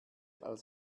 als